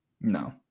No